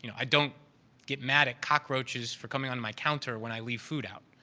you know i don't get mad at cockroaches for coming onto my counter when i leave food out,